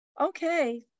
okay